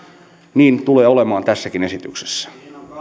niin tulee olemaan tässäkin esityksessä